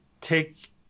take